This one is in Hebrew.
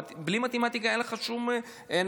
בלי מתמטיקה אין לך בנייה,